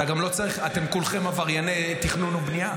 אתם כולכם עברייני תכנון ובנייה.